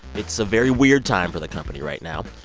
it's a very weird time for the company right now.